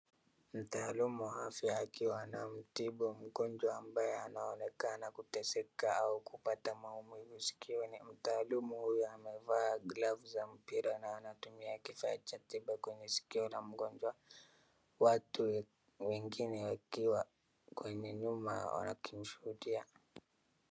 Mtaalumu wa afya akiwa anamtibu mgonjwa ambaye anaonekana kuteseka au kupata maumivu sikioni, mtaalumu uyu amevaa glavu za mpira na anatumia kifaa cha tiba kwenye sikio la mgonjwa, watu wengine wakiwa kwenye nyuma wakimshuhudia.